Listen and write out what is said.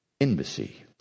embassy